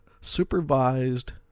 supervised